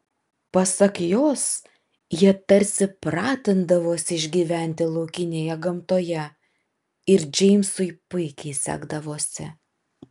pasak jos jie tarsi pratindavosi išgyventi laukinėje gamtoje ir džeimsui puikiai sekdavosi